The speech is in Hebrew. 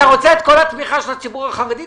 אתה רוצה את כל התמיכה של הציבור החרדי?